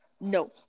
no